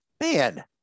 Man